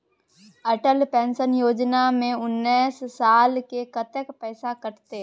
Atal pension योजना में उनैस साल के कत्ते पैसा कटते?